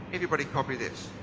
everybody copy this.